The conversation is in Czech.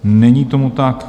Není tomu tak.